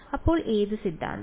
അപ്പോൾ ഏത് സിദ്ധാന്തം